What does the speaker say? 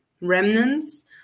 remnants